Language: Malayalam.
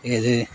ഇത്